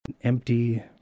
empty